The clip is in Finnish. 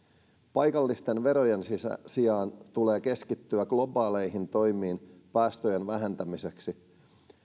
paikallisten verojen sijaan tulee keskittyä globaaleihin toimiin päästöjen vähentämiseksi